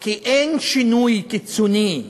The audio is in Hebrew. כי אין שינוי קיצוני,